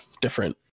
different